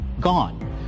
gone